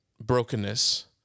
brokenness